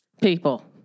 people